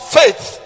faith